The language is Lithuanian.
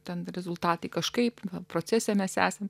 ten rezultatai kažkaip va procese mes esame